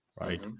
right